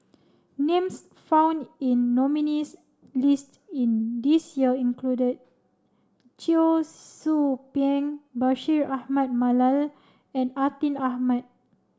names found in nominees' list in this year include Cheong Soo Pieng Bashir Ahmad Mallal and Atin Amat